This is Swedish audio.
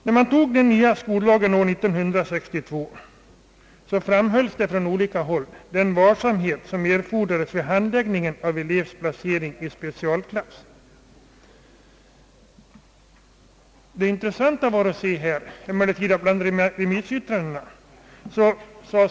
När den nya skollagen antogs år 1962 framhölls från olika håll den varsamhet som erfordras vid handläggningen av frågan om elevs placering i specialklass. Det intressanta var emellertid att läsa remissyttrandena.